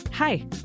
Hi